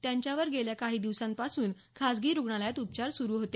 त्यांच्यावर गेल्या काही दिवसांपासून खासगी रुग्णालयात उपचार सुरू होते